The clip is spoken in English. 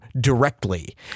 directly